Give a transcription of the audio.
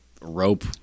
rope